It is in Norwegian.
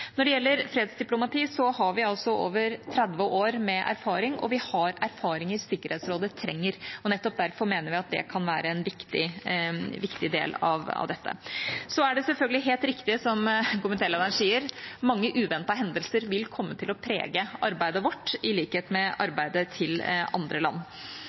Når det gjelder fredsdiplomati, har vi over 30 år med erfaring, og vi har erfaring Sikkerhetsrådet trenger. Nettopp derfor mener vi at det kan være en viktig del av dette. Så er det selvfølgelig helt riktig som komitélederen sier, at mange uventede hendelser vil komme til å prege arbeidet vårt, i likhet med arbeidet til andre land.